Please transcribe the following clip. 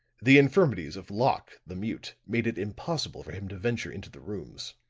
the infirmities of locke, the mute, made it impossible for him to venture into the rooms.